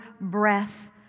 breath